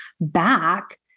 back